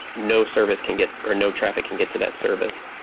no service can get, or no traffic can get to that service.